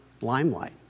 limelight